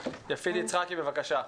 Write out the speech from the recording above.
משרד הבריאות, בבקשה.